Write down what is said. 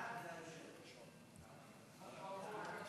סעיפים